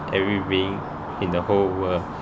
and every being in the whole world